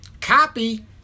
Copy